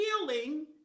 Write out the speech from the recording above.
healing